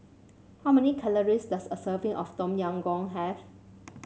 how many calories does a serving of Tom Yam Goong have